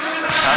למה?